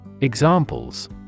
Examples